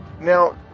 Now